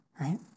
right